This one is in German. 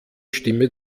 stimme